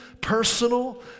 personal